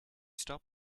stop